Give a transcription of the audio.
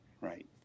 right